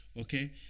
Okay